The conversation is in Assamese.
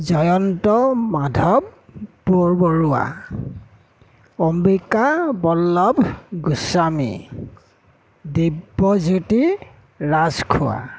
জয়ন্ত মাধৱ বৰ বৰুৱা অম্বিকা বল্লভ গোস্বামী দিব্যজ্যোতি ৰাজখোৱা